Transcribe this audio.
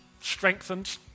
strengthened